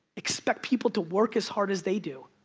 expect people to work as hard as they do.